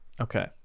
okay